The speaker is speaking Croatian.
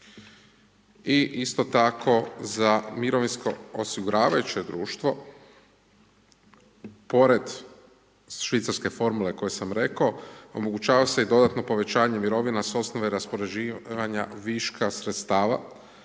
i isto tako za mirovinsko osiguravajuće društvo pored švicarske formule koju sam rekao omogućava se i dodatno povećanje mirovina s osnove raspoređivanja viška sredstava